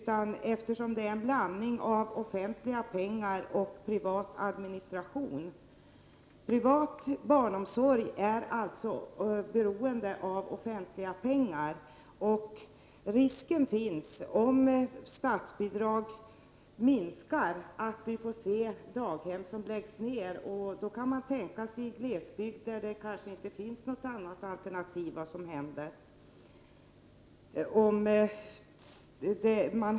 Den är i stället en blandning av offentliga pengar och privat administration. Privat barnomsorg är alltså beroende av offentliga pengar. Risken finns att vi om statsbidraget minskar får se att daghem läggs ned. Då kan man tänka sig vad som kan hända i en glesbygd där det inte finns något annat alternativ.